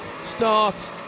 start